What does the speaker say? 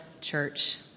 church